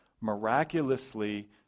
miraculously